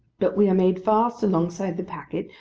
but we are made fast alongside the packet,